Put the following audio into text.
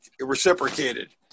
reciprocated